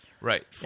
Right